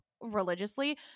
religiously